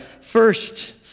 first